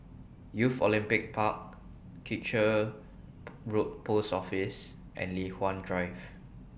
Youth Olympic Park Kitchener Road Post Office and Li Hwan Drive